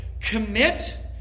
commit